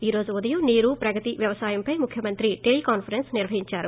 ఈ రోజు ఉదయం నీరు ప్రగతి వ్యవసాయంపై ముఖ్యమంత్రి టెలికాన్సరెన్స్ నిర్వహించారు